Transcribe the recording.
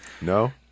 No